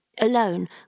alone